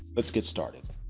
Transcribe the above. let's get started.